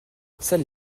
celle